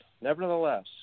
nevertheless